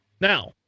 Now